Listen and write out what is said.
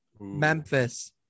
Memphis